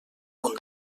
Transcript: punt